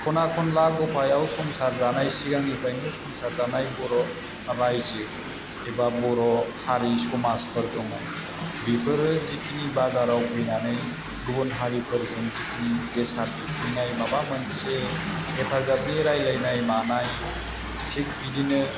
खना खनला गफायाव संसार जानाय सिगांनिफ्रायनो संसार जानाय बर' रायजो एबा बर' हारि समाजफोर दङ बिफोरो जिखिनि बाजाराव फैनानै गुबुन हारिफोरजों जिखिनि बेसाद बिफैनाय माबा मोनसे हेफाजाबनि रायलायनाय मानाय थिख बिदिनो